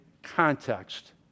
context